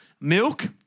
Milk